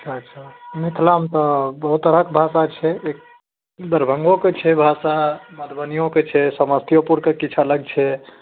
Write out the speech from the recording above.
अच्छा अच्छा मिथलामे तऽ बहुत तरहक भाषा छै एक दरभङ्गोके छै भाषा मधुबनीयोके छै समस्तीयोपुरके किछु अलग छै